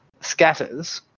scatters